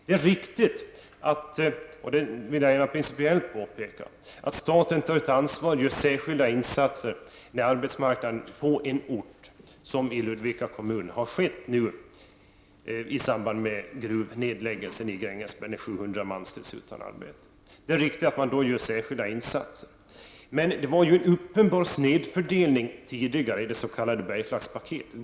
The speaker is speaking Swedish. Det är riktigt, det vill jag rent principiellt påpeka, att staten tar ett ansvar och gör särskilda insatser för arbetsmarknaden på en ort, som har skett i Ludvika kommun i samband med gruvnedläggningen i Grängesberg, när 700 man ställdes utan arbete. Det rådde en uppenbar snedfördelning tidigare, i det s.k. Bergslagspaketet.